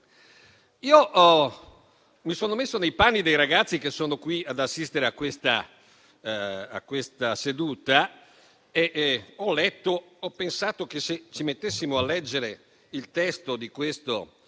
Mi sono messo nei panni dei ragazzi che sono qui ad assistere a questa seduta e ho pensato che, se ci mettessimo a leggere il testo di questo